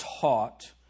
taught